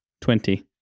Twenty